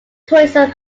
tourism